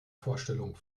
vorstellung